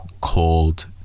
called